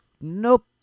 Nope